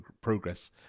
progress